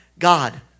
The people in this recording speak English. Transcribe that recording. God